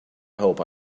hope